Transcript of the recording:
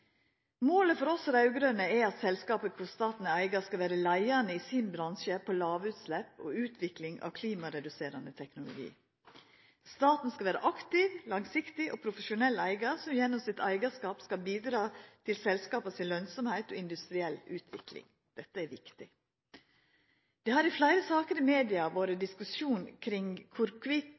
Målet for oss raud-grøne er at selskap der staten er eigar, skal vera leiande i sin bransje på lågutslepp og utvikling av klimareduserande teknologi. Staten skal vera ein aktiv, langsiktig og profesjonell eigar, som gjennom sitt eigarskap skal bidra til selskapa si lønnsemd og industriell utvikling. Dette er viktig. Det har i fleire saker i media vore diskusjon